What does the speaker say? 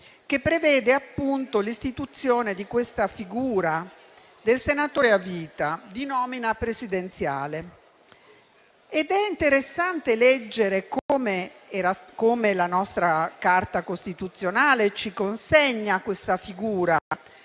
che prevede l'istituzione della figura dei senatori a vita di nomina presidenziale. È interessante leggere come la nostra Carta costituzionale ci consegna queste figure: